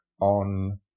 on